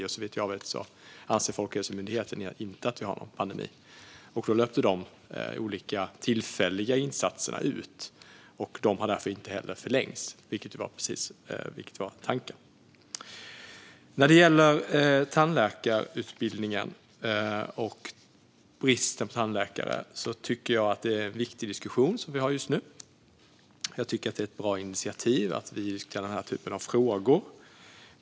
Och såvitt jag vet anser Folkhälsomyndigheten inte att vi har någon pandemi. Då löpte dessa olika tillfälliga insatser ut, och de har därför inte heller förlängts. Det var också tanken. När det gäller tandläkarutbildningen och bristen på tandläkare tycker jag att det är en viktig diskussion som vi har just nu. Det är ett bra initiativ att vi diskuterar denna typ av frågor.